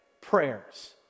prayers